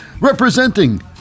Representing